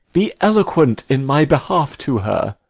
be eloquent in my behalf to her.